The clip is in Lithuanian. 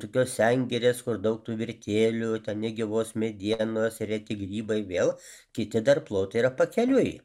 tokios sengirės kur daug tų virtėlių ten negyvos medienos reti grybai vėl kiti dar plotai yra pakeliui